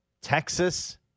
Texas